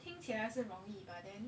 听起来是容易 but then